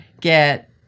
get